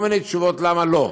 היו כל מיני תשובות למה לא.